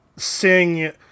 sing